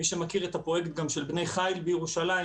מי שמכיר את הפרויקט של "בני חיל" זה פרויקט